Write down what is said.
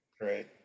Right